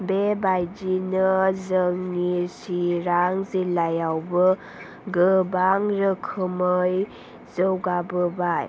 बेबायदिनो जोंनि चिरां जिल्लायावबो गोबां रोखोमै जौगाबोबाय